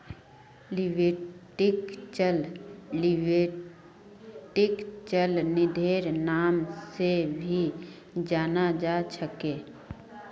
लिक्विडिटीक चल निधिर नाम से भी जाना जा छे